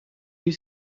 you